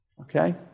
Okay